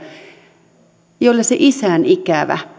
joilla se isän ikävä